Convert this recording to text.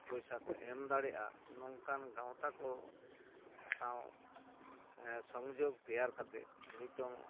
ᱯᱚᱭᱥᱟᱠᱚ ᱮᱢ ᱫᱟᱲᱮᱜᱼᱟ ᱱᱚᱝᱠᱟᱱ ᱜᱟᱶᱛᱟᱠᱚ ᱥᱟᱶ ᱥᱚᱝᱡᱳᱜᱽ ᱛᱮᱭᱟᱨ ᱠᱟᱛᱮᱫ ᱱᱤᱛᱚᱝ